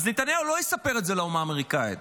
אז נתניהו לא יספר את זה לאומה האמריקאית,